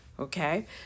Okay